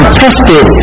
tested